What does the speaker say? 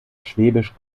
schwäbisch